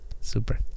super